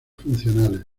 funcionales